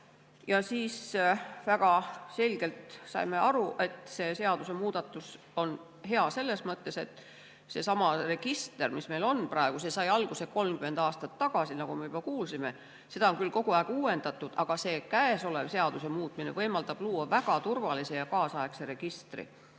Aibast. Väga selgelt saime aru, et see seadusemuudatus on hea selles mõttes, et seesama register, mis meil on praegu, sai alguse 30 aastat tagasi, nagu me juba kuulsime, seda on küll kogu aeg uuendatud, aga see seaduse muutmine võimaldab luua väga turvalise ja kaasaegse registri.